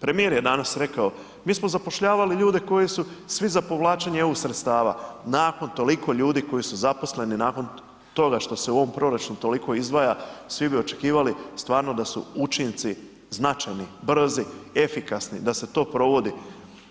Premijer je danas rekao, mi smo zapošljavali ljude koji su svi za povlačenje eu sredstava, nakon toliko ljudi koji su zaposleni, nakon toga što se u ovom proračunu toliko izdvaja, svi bi očekivali stvarno da su učinci značajni, brzi, efikasni da se to provodi,